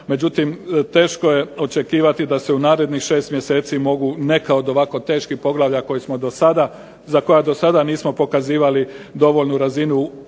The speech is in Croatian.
Međutim, teško je očekivati da se u narednih 6 mjeseci mogu neka od ovako teških poglavlja koje smo dosada, za koja dosada nismo pokazivali dovoljnu razinu reformske